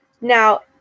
Now